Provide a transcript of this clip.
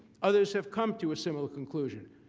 others have come to a similar conclusion.